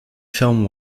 film